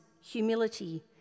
humility